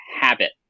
habit